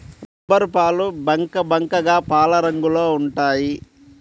రబ్బరుపాలు బంకబంకగా పాలరంగులో ఉంటాయి